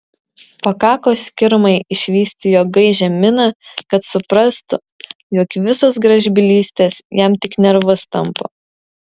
pakako skirmai išvysti jo gaižią miną kad suprastų jog visos gražbylystės jam tik nervus tampo